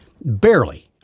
Barely